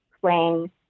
playing